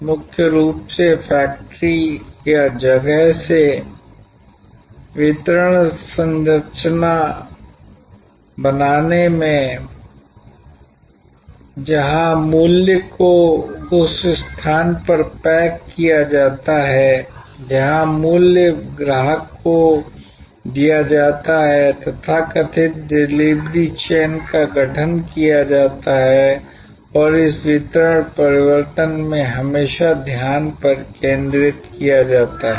मुख्य रूप से फैक्ट्री या जगह से वितरण संरचना बनाने में जहाँ मूल्य को उस स्थान पर पैक किया जाता है जहाँ मूल्य ग्राहक को दिया जाता है तथाकथित डिलीवरी चेन का गठन किया जाता है और इस वितरण परिवर्तन में हमेशा ध्यान केंद्रित किया जाता है